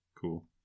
cool